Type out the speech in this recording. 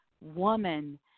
woman